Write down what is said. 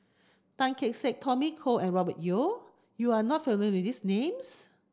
Tan Kee Sek Tommy Koh and Robert Yeo you are not familiar with these names